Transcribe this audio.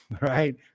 Right